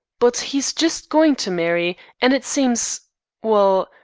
but he's just going to marry, and it seems well,